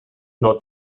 not